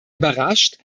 überrascht